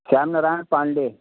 Shyam Narayan Pandey